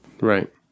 Right